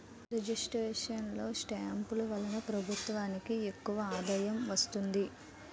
registration లో స్టాంపులు వలన ప్రభుత్వానికి ఎక్కువ ఆదాయం వస్తుంది